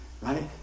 Right